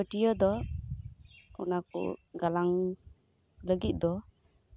ᱯᱟᱹᱴᱭᱟᱹ ᱫᱚ ᱚᱱᱟ ᱠᱚ ᱜᱟᱞᱟᱝ ᱞᱟᱹᱜᱤᱫ ᱫᱚ